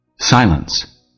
silence